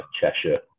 Cheshire